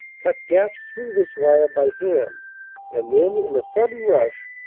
cut gaps through this wire by hand and then, in a sudden rush,